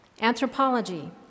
Anthropology